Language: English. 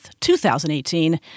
2018